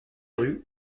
rues